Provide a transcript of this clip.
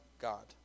God